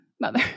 mother